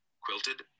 quilted